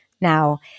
now